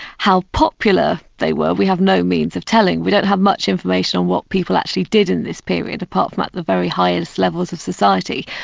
how popular they were, we have no means of telling. we don't have much information on what people actually did in this period, apart from at the very highest levels of society,